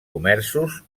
comerços